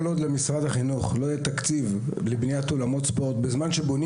כל עוד למשרד החינוך לא יהיה תקציב לבניית אולמות ספורט בזמן שבונים